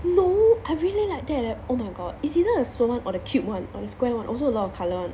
no I really like that eh oh my god it's either a small one or a cute one or the square one also a lot of colour [one]